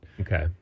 Okay